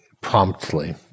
promptly